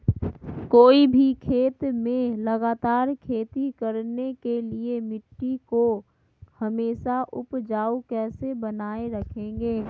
कोई भी खेत में लगातार खेती करने के लिए मिट्टी को हमेसा उपजाऊ कैसे बनाय रखेंगे?